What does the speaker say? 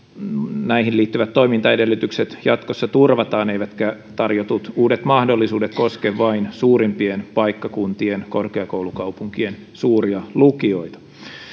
näihin liittyvät toimintaedellytykset jatkossa turvataan ja etteivät tarjotut uudet mahdollisuudet koske vain suurimpien paikkakuntien korkeakoulukaupunkien suuria lukioita